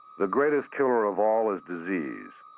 the greatest killer of all is disease.